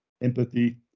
empathy